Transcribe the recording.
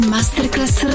Masterclass